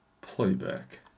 Playback